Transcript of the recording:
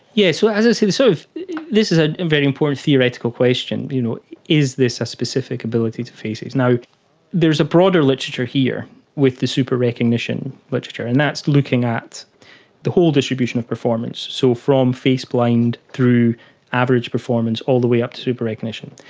yes, yeah so sort of this is a very important theoretical question you know is this a specific ability to faces you know is a broader literature here with the super recognition literature and that's looking at the whole distribution of performance, so from face blind through average performance, all the way up to super recognition.